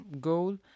goal